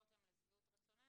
התשובות הן לשביעות רצוננו,